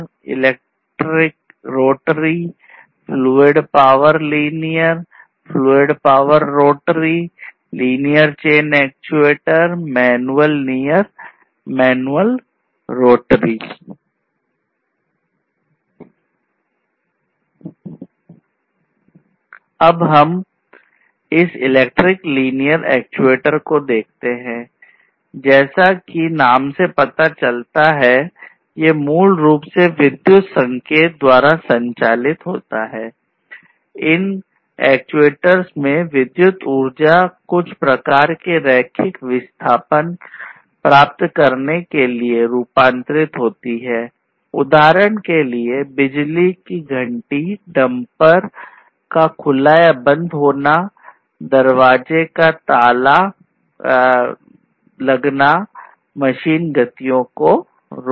अब हम इस इलेक्ट्रिक लीनियर एक्ट्यूएटर का खुला या बंद होना दरवाजे के ताला लगना मशीन गतियों को रोकना